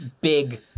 big